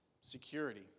security